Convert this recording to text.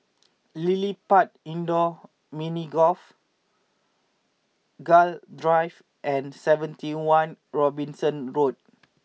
LilliPutt Indoor Mini Golf Gul Drive and seventy one Robinson Road